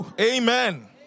amen